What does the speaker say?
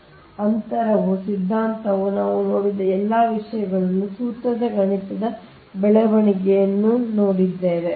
ಆದ್ದರಿಂದ ಅಂತರವು ಸಿದ್ಧಾಂತವು ನಾವು ನೋಡಿದ ಎಲ್ಲಾ ವಿಷಯಗಳನ್ನು ಸೂತ್ರದ ಗಣಿತದ ಬೆಳವಣಿಗೆಯನ್ನು ನೋಡಿದ್ದೇವೆ